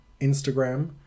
Instagram